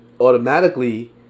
automatically